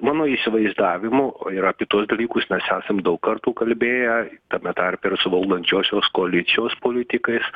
mano įsivaizdavimu ir apie tuos dalykus mes esam daug kartų kalbėję tame tarpe ir su valdančiosios koalicijos politikais